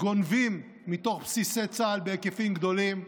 גונבים מתוך בסיסי צה"ל בהיקפים גדולים,